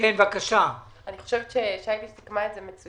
אני חושבת ששי-לי סיכמה את זה מצוין.